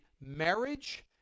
marriage